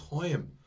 time